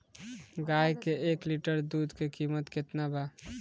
गाए के एक लीटर दूध के कीमत केतना बा?